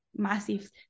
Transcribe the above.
massive